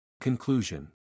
Conclusion